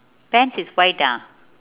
pants is white ah